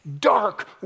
dark